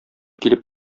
килеп